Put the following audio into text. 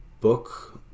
book